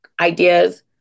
ideas